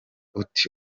ute